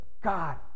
god